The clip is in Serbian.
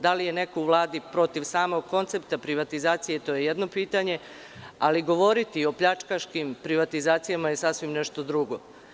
Da li je neko u Vladi protiv samog koncepta privatizacije to je jedno pitanje, ali govoriti o pljačkaškim privatizacijama je sasvim nešto drugo.